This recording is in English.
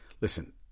listen